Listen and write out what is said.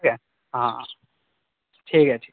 ٹھیک ہے ہاں ٹھیک ہے